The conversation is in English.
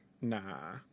Nah